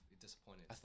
disappointed